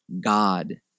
God